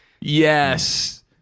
Yes